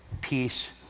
peace